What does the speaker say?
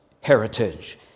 heritage